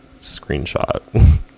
screenshot